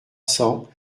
cents